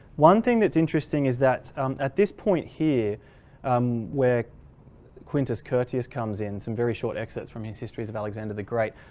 one thing that's interesting is that at this point here um where quintus curtius comes in, some very short excerpts from his histories of alexander the great,